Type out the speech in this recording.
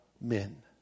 men